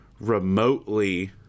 remotely